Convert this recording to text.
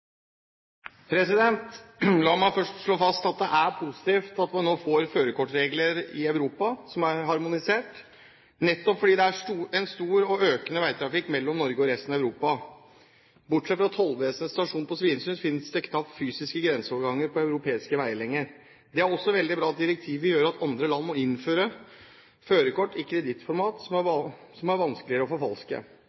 positivt at vi nå får førerkortregler i Europa som er harmonisert, nettopp fordi det er en stor og økende veitrafikk mellom Norge og resten av Europa. Bortsett fra Tollvesenets stasjon på Svinesund finnes det knapt fysiske grenseoverganger på europeiske veier lenger. Det er også veldig bra at direktivet gjør at andre land må innføre førerkort i kredittkortformat, som er